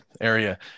area